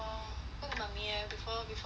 问 mummy eh before she sleep